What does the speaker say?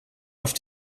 auf